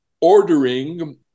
ordering